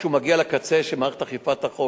כשהוא מגיע לקצה של מערכת אכיפה החוק,